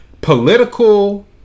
political